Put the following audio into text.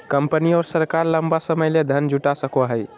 company और सरकार लंबा समय ले धन जुटा सको हइ